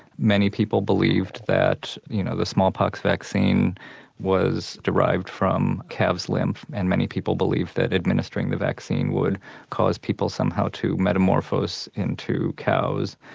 many people believed that you know the smallpox vaccine was derived from calves' lymph and many people believed that administering the vaccine would cause people somehow to metamorphose into cows.